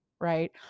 right